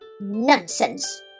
Nonsense